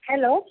hello